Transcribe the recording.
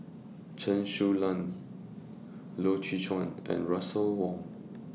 Chen Su Lan Loy Chye Chuan and Russel Wong